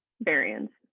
variants